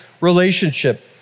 relationship